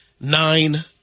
nine